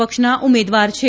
પક્ષના ઉમેદવાર છે